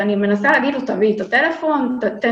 ניסיתי להגיד לו: תן את הטלפון למישהו,